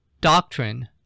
doctrine